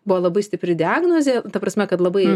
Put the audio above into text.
buvo labai stipri diagnozė ta prasme kad labai